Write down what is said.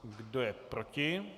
Kdo je proti?